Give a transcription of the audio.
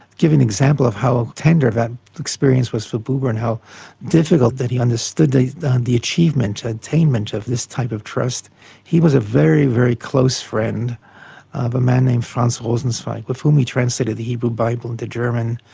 give an example of how tender that experience was for buber, and how difficult that he understood the the achievement, attainment, of this type of trust he was a very, very close friend of a man named franz rosenzweig, with whom he translated the hebrew bible into german,